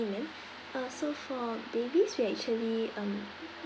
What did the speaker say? ma'am uh so for babies we actually um